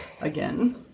Again